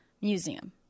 museum